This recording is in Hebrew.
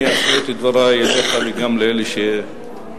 אני אפנה את דברי גם לאלה שמקשיבים,